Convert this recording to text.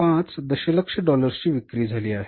5 दशलक्ष डॉलर्सची विक्री झाली आहे